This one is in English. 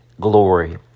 glory